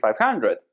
500